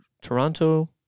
Toronto